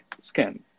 scan